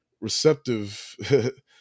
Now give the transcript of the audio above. receptive